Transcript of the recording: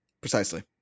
precisely